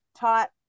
taught